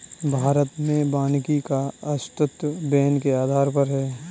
भारत में वानिकी का अस्तित्व वैन के आधार पर है